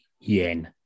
yen